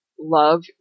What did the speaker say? love